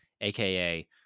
aka